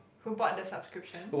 who bought the subscription